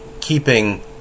keeping